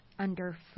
Underfoot